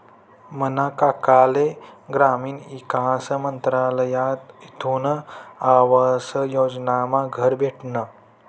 मना काकाले ग्रामीण ईकास मंत्रालयकडथून आवास योजनामा घर भेटनं